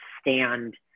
stand